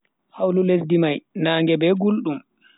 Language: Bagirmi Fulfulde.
Hawlu lesdi mai naage be guldum.